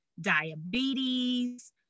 diabetes